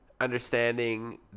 understanding